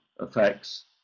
effects